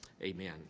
Amen